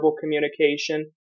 communication